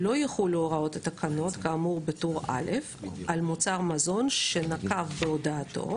לא יחולו הוראות התקנות כאמור בטור א' על מוצר המזון שנקב בהודעתו",